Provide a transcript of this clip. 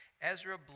Ezra